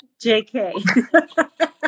JK